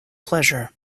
pleasure